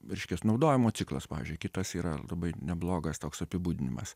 reiškias naudojimo ciklas pavyzdžiui kitas yra labai neblogas toks apibūdinimas